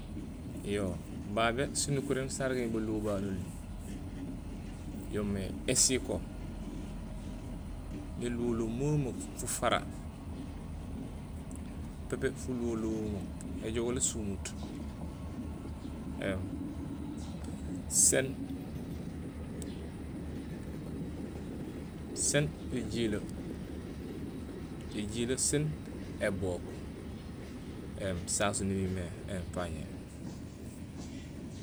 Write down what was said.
Yo babé sinukuréén sarégmé baluho babé noli yoomé ésiko, néluholuho memeek, fufara pépé fuluholuho éjogool ésumuut éém sén- sén éjilee; éjilee sén ébook éém sasu nimimé éém pañéé